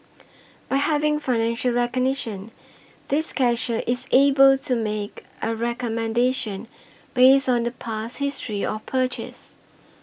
by having facial recognition this cashier is able to make a recommendation based on the past history of purchase